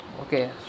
Okay